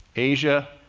asia,